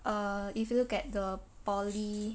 err if you look at the poly